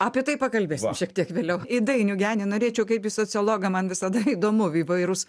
apie tai pakalbėsim šiek tiek vėliau į dainių genį norėčiau kaip į sociologą man visada įdomu įvairūs